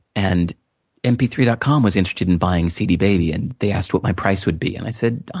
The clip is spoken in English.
and m p three dot com was interested in buying cdbaby, and they asked what my price would be, and i said,